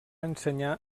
ensenyar